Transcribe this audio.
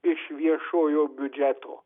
iš viešojo biudžeto